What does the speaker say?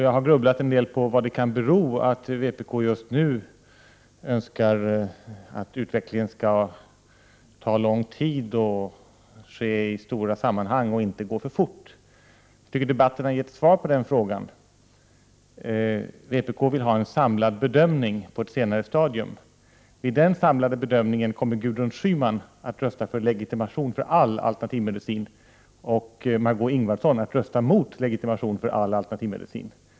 Jag har grubblat en del på vad det kan bero på att vpk just nu önskar att utvecklingen skall ta lång tid, ske i stora sammanhang och inte gå för fort. Jag tycker debatten har givit svar på den frågan: Vpk vill ha en samlad bedömning på ett senare stadium. Vid den samlade bedömningen kommer Gudrun Schyman att rösta för legitimation för all alternativmedicin och Margö Ingvardsson att rösta mot legitimation för all alternativmedicin.